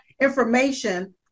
information